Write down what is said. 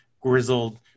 grizzled